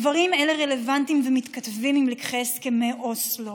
דברים אלה רלוונטיים ומתכתבים עם לקחי הסכמי אוסלו,